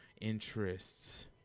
interests